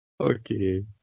Okay